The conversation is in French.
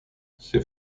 ces